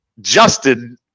Justin